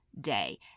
day